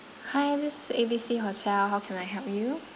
hi this is A B C hotel how can I help you